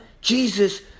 Jesus